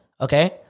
Okay